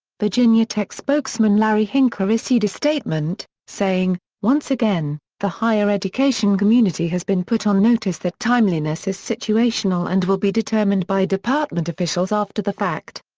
virginia tech spokesman larry hincker issued a statement, saying, once again, the higher education community has been put on notice that timeliness is situational and will be determined by department officials after the fact.